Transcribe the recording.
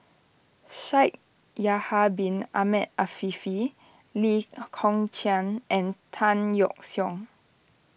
Shaikh Yahya Bin Ahmed Afifi Lee Kong Chian and Tan Yeok Seong